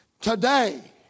Today